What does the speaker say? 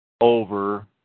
over